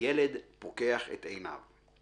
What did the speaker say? והילד פוקח את עיניו.